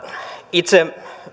itse